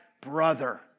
brother